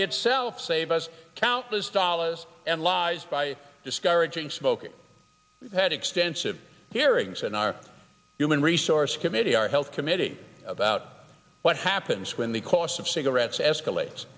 itself save us countless dollars and lives by discouraging smoking had extensive hearings in our human resource committee our health committee about what happens when the cost of cigarettes escalates